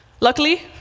Luckily